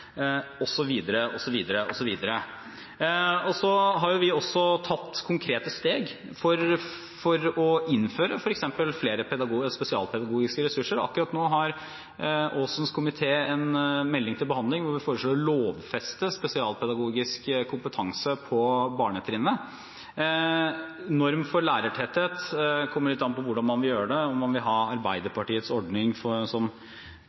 også tatt konkrete steg for å innføre f.eks. flere spesialpedagogiske ressurser. Akkurat nå har Aasens komité en melding til behandling hvor vi foreslår å lovfeste spesialpedagogisk kompetanse på barnetrinnet. Når det gjelder norm for lærertetthet – det kommer litt an på hvordan man vil gjøre det, om man vil ha Arbeiderpartiets ordning, som